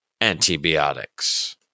antibiotics